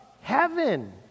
Heaven